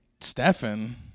Stefan